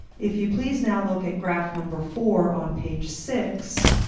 if you please now look at graph number four on page six,